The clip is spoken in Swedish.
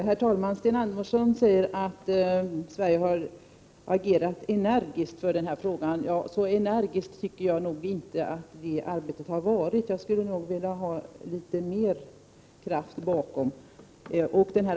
Herr talman! Sten Andersson säger att Sverige har agerat energiskt för den här frågan. Så energiskt tycker jag nog inte att det arbetet har varit. Jag skulle nog vilja ha litet mer kraft bakom orden.